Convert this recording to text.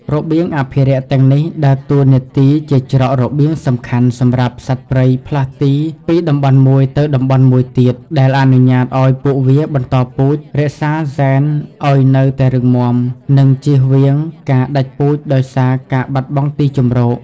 របៀងអភិរក្សទាំងនេះដើរតួនាទីជាច្រករបៀងសំខាន់សម្រាប់សត្វព្រៃផ្លាស់ទីពីតំបន់មួយទៅតំបន់មួយទៀត ដែលអនុញ្ញាតឱ្យពួកវាបន្តពូជ រក្សាហ្សែនឱ្យនៅតែរឹងមាំ និងជៀសវាងការដាច់ពូជដោយសារការបាត់បង់ទីជម្រក។